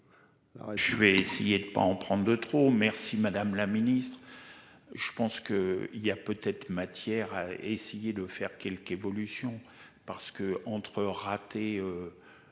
je vais essayer de pas en prendre de trop. Merci, madame la Ministre. Je pense que il y a peut-être matière essayer de faire quelques évolutions parce que entre raté.